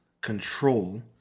control